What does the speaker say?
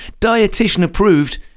dietitian-approved